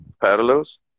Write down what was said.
parallels